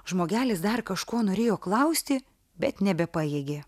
žmogelis dar kažko norėjo klausti bet nebepajėgė